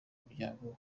umuryango